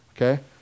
okay